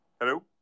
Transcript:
Hello